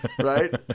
Right